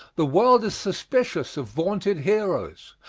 the world is suspicious of vaunted heroes.